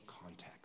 context